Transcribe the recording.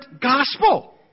gospel